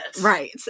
Right